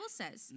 says